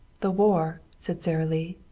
the war, said sara lee.